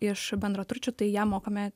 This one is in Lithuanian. iš bendraturčių tai jam mokame